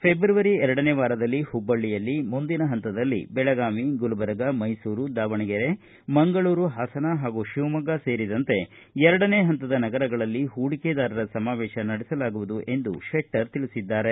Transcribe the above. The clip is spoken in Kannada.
ಫೆಬ್ರವರಿ ಎರಡನೇ ವಾರದಲ್ಲಿ ಹುಬ್ಬಳ್ಳಿಯಲ್ಲಿ ಮುಂದಿನ ಹಂತದಲ್ಲಿ ಬೆಳಗಾವಿ ಗುಲ್ಬರ್ಗಾ ಮೈಸೂರು ದಾವಣಗೆರೆ ಮಂಗಳೂರು ಹಾಸನ ಹಾಗೂ ಶಿವಮೊಗ್ಗ ಸೇರಿದಂತೆ ಎರಡನೇ ಹಂತದ ನಗರಗಳಲ್ಲಿ ಹೂಡಿಕೆದಾರರ ಸಮಾವೇಶ ನಡೆಸಲಾಗುವುದು ಎಂದು ಶೆಟ್ಟರ್ ತಿಳಿಸಿದ್ದಾರೆ